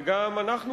וגם אנחנו,